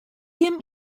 him